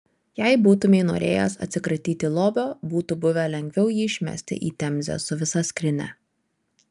jei būtumei norėjęs atsikratyti lobio būtų buvę lengviau jį išmesti į temzę su visa skrynia